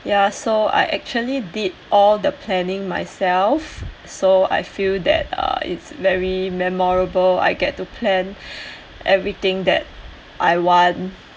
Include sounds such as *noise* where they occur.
ya so I actually did all the planning myself so I feel that uh it's very memorable I get to plan *breath* everything that I want